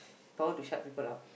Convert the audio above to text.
power to shut people up